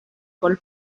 col